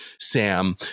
Sam